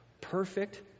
perfect